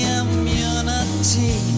immunity